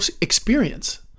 experience